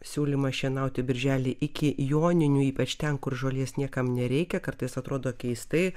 siūlymas šienauti birželį iki joninių ypač ten kur žolės niekam nereikia kartais atrodo keistai